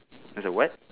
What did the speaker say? there's a what